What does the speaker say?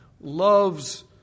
loves